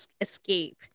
escape